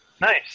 Nice